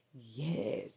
Yes